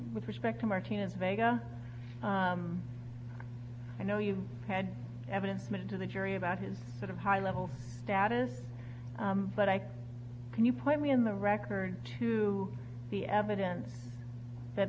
with respect to martinez vega i know you had evidence meant to the jury about his sort of high level status but i can you point me in the record to the evidence that